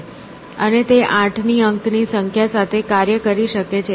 અને તે 8 અંકની સંખ્યા સાથે કાર્ય કરી શકે છે